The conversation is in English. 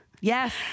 Yes